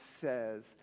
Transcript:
says